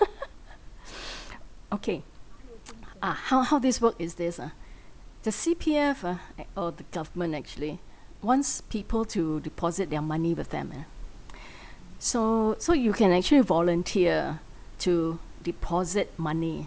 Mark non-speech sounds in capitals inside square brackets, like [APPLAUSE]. [LAUGHS] [BREATH] okay [NOISE] ah how how this work is this ah the C_P_F ah [NOISE] or the government actually wants people to deposit their money with them yeah [BREATH] so so you can actually volunteer to deposit money